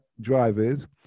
drivers